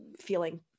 feeling